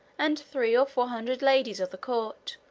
and three or four hundred ladies of the court,